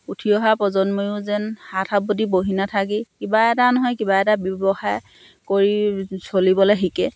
উঠি অহা প্ৰজন্ময়ো যেন হাত সাৱটি বহী নাথাকি কিবা এটা নহয় কিবা এটা ব্যৱসায় কৰি চলিবলৈ শিকে